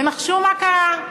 ונחשו מה קרה?